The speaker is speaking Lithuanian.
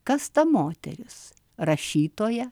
kas ta moteris rašytoja